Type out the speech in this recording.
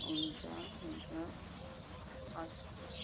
हुन्छ हुन्छ हजुर